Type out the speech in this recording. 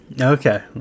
Okay